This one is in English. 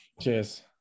Cheers